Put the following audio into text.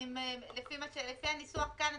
לפי הניסוח כאן,